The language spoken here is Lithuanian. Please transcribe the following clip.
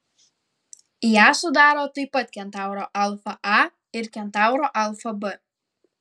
ją sudaro taip pat kentauro alfa a ir kentauro alfa b